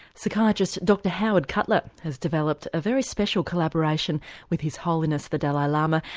psychiatrist dr howard cutler has developed a very special collaboration with his holiness the dalai lama.